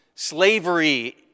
Slavery